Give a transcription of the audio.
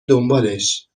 دنبالش